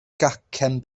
gacen